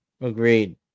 Agreed